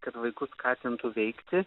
kad vaikus skatintų veikti